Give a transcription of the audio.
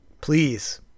Please